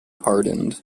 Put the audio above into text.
pardoned